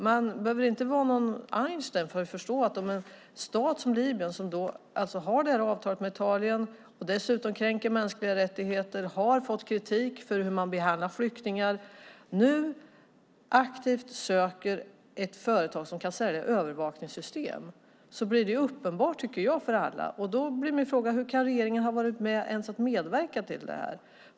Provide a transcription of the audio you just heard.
Man behöver inte vara någon Einstein för att förstå att om en stat som Libyen, som har det här avtalet med Italien och dessutom kränker mänskliga rättigheter och har fått kritik för hur man behandlar flyktingar, nu aktivt söker ett företag som kan sälja övervakningssystem blir syftet uppenbart för alla. Då blir min fråga: Hur kan regeringen ha varit med och ens medverkat till det här?